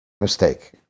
mistake